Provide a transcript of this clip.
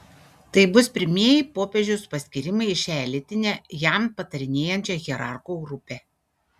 tai bus pirmieji popiežiaus paskyrimai į šią elitinę jam patarinėjančią hierarchų grupę